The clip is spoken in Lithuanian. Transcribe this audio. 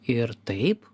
ir taip